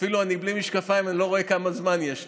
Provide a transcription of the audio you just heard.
אני אפילו בלי משקפיים ואני לא רואה כמה זמן יש לי,